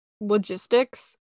logistics